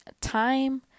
time